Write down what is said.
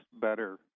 better